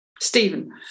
Stephen